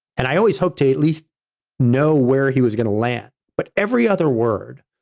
and i always hope to at least know where he was going to land. but every other word,